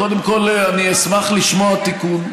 קודם כול, אני אשמח לשמוע תיקון.